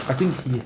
I think he